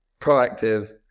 proactive